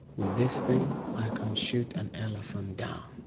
with this thing i can shoot an elephant down.